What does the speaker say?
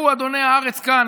והוא אדוני הארץ כאן.